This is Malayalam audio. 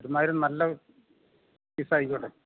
ഒരുമാതിരി നല്ല പീസായിക്കോട്ടെ